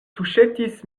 tuŝetis